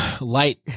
Light